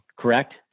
correct